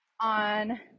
on